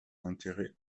intérêt